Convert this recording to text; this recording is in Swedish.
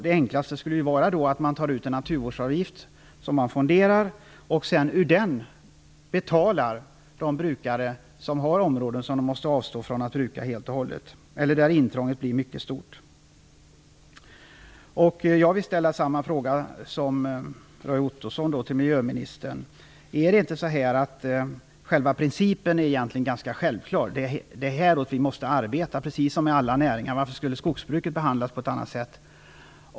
Det enklaste skulle ju vara att man tar ut en naturvårdsavgift som fonderas. Ur denna fond betalar man sedan de brukare som har områden som de helt och hållet måste avstå från att bruka, eller där intrånget blir mycket stort. Jag vill ställa samma frågor till miljöministern som Roy Ottosson ställde. Är det inte så att principen egentligen är ganska självklar? Vi måste arbeta åt det hållet, precis som i alla näringar. Varför skulle skogsbruket behandlas på ett annat sätt?